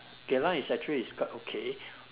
Geylang is actually is quite okay